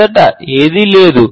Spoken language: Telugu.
మొదట ఏదీ లేదు